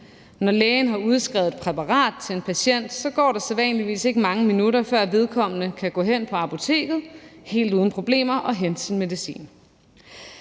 Når lægen har udskrevet et præparat til en patient, går der sædvanligvis ikke mange minutter, før vedkommende kan gå hen på apoteket og helt uden problemer hente sin medicin.